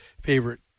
favorite